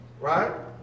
Right